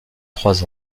trois